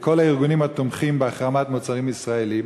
לכל הארגונים התומכים בהחרמת מוצרים ישראליים.